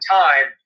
time